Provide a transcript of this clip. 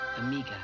Amiga